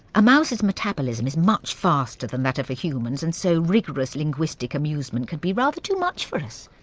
a mouse's metabolism is much faster than that of a human's, and so rigorous linguistic amusement can be rather too much for us.